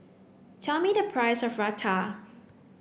tell me the price of Raita